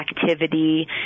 activity